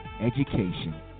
education